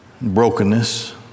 brokenness